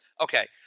okay